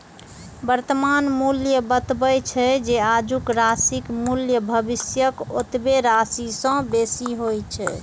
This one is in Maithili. वर्तमान मूल्य बतबै छै, जे आजुक राशिक मूल्य भविष्यक ओतबे राशि सं बेसी होइ छै